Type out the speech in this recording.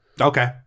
Okay